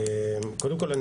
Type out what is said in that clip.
קודם כל,